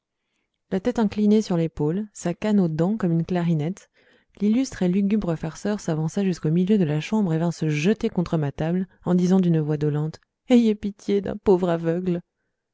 la tête inclinée sur l'épaule sa canne aux dents comme une clarinette l'illustre et lugubre farceur s'avança jusqu'au milieu de la chambre et vint se jeter contre ma table en disant d'une voix dolente ayez pitié d'un pauvre aveugle